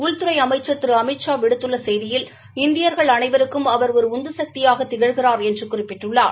உள்துறை அமைச்சர் விடுத்துள்ள செய்தியில் இந்தியர்கள் அனைவருக்கும் அவர் ஒரு உந்து சக்தியாக திகழ்கிறார் என்று குறிப்பிட்டுள்ளாா